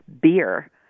Beer